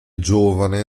giovane